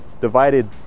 divided